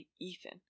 Ethan